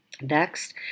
next